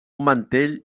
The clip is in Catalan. mantell